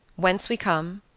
whence we come,